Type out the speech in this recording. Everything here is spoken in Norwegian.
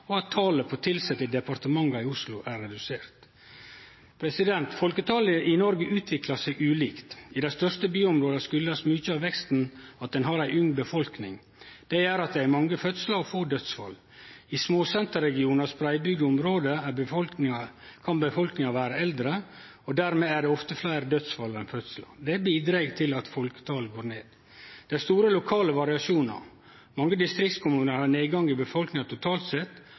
og at talet på tilsette i departementa i Oslo er redusert. Folketalet i Noreg utviklar seg ulikt. I dei største byområda kjem mykje av veksten av at ein har ei ung befolkning. Det gjer at det er mange fødslar og få dødsfall. I småsenterregionar og spreiddbygde område kan befolkninga vere eldre, og dermed er det ofte fleire dødsfall enn fødslar. Det bidreg til at folketalet går ned. Det er store lokale variasjonar. Mange distriktskommunar har nedgang i befolkninga totalt sett,